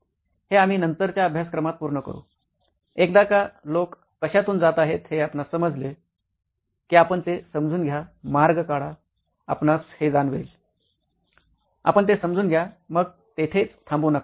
हे आम्ही नंतरच्या अभ्यासक्रमात पूर्ण करू एकदा का लोक कशातून जात आहेत हे आपणास समजले की आपण ते समजून घ्या मार्ग काढा आपणास हे जाणवेल आपण ते समजून घ्या मग थेथेच थांबू नका